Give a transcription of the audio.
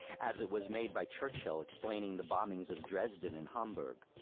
as it was made by churchill explaining the bombings of dresden and hamburg,